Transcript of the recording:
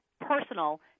personal